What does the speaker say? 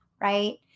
right